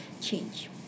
change